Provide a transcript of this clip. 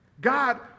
God